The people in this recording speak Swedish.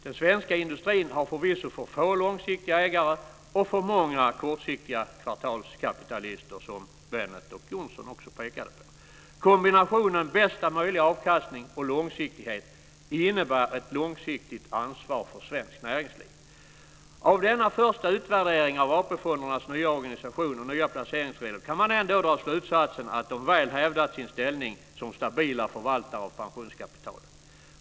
Den svenska industrin har förvisso för få långsiktiga ägare och för många kortsiktiga kvartalskapitalister, som Bennet och Johnsson också pekade på. Kombinationen bästa möjliga avkastning och långsiktighet innebär ett långsiktigt ansvar för svenskt näringsliv. Av denna första utvärdering av AP-fondernas nya organisation och nya placeringsregler kan man ändå dra slutsatsen att de väl har hävdat sin ställning som stabila förvaltare av pensionskapitalet.